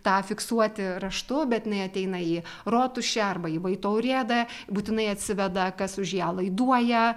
tą fiksuoti raštu bet jinai ateina į rotušę arba į vaito urėdą būtinai atsiveda kas už ją laiduoja